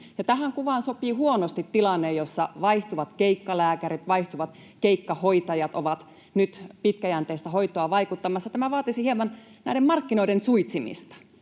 tähän kuvaan sopii huonosti tilanne, jossa vaihtuvat keikkalääkärit ja vaihtuvat keikkahoitajat ovat nyt vaikuttamassa pitkäjänteiseen hoitoon. Tämä vaatisi hieman näiden markkinoiden suitsimista,